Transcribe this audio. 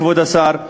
כבוד השר,